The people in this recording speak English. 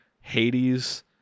Hades